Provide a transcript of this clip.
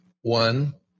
One